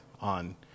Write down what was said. on